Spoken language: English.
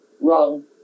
wrong